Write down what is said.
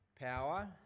power